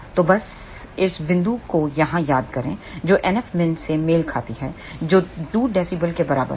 तो बस इस बिंदु को यहां याद करें जो NFmin से मेल खाती है जो 2 dB के बराबर है